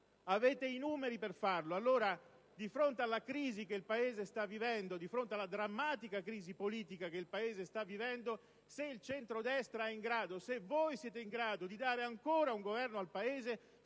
Avete i numeri per farlo. Di fronte alla crisi che il Paese sta vivendo, di fronte alla drammatica crisi politica che il Paese sta vivendo, se il centrodestra è in grado, se voi siete in grado di dare ancora un governo al nostro